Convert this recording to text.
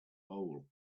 hole